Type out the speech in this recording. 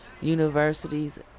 universities